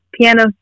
piano